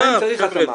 גם אם צריך התאמה,